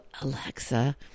alexa